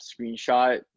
screenshot